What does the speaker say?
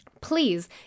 please